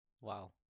Wow